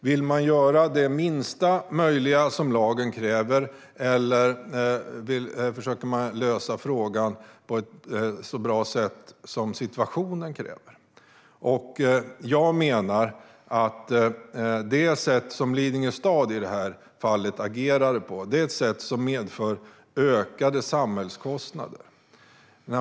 Vill man göra det minsta möjliga som lagen kräver, eller försöker man lösa frågan på ett så bra sätt som situationen kräver? Jag menar att det sätt som Lidingö stad i detta fall agerar på är ett sätt som medför ökade samhällskostnader.